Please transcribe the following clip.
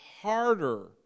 harder